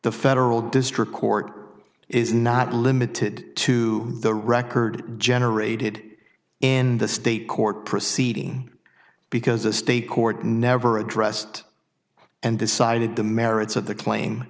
the federal district court is not limited to the record generated in the state court proceeding because a state court never addressed and decided the merits of the claim